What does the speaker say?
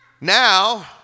now